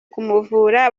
kumuvura